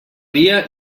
dia